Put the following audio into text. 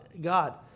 God